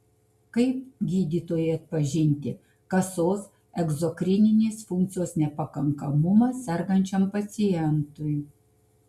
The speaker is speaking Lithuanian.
kaip gydytojui atpažinti kasos egzokrininės funkcijos nepakankamumą sergančiam pacientui